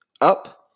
Up